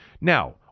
Now